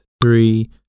three